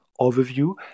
overview